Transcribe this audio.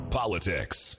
politics